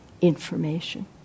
information